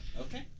Okay